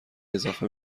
اضافه